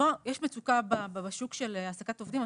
יש מצוקה בשוק של העסקת עובדים.